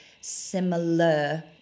similar